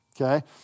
okay